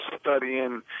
studying